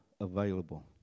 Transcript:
available